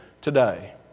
today